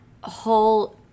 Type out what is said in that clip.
whole